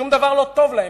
שום דבר לא טוב להם,